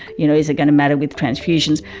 you know is it going to matter with transfusions?